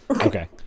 Okay